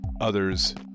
others